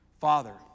Father